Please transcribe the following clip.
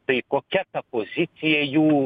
tai kokia ta pozicija jų